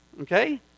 Okay